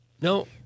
No